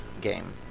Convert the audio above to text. game